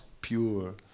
pure